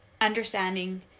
understanding